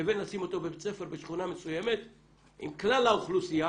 לבין לשים אותו בבית ספר בשכונה מסוימת עם כלל האוכלוסייה